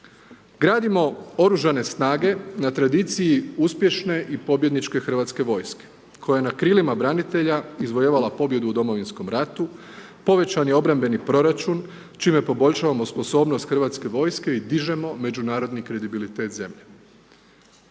Gradimo OS na tradiciji uspješne i pobjedničke hrvatske vojske koja je na krilima izvojevala pobjedu u Domovinskom ratu, povećani obrambeni proračun čime poboljšavamo sposobnost hrvatske vojske i dižemo međunarodni kredibilitet zemlje.